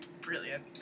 Brilliant